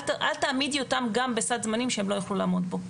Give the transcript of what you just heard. אל תעמידי אותם גם בסד זמנים שהם לא יוכלו לעמוד בו.